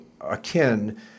akin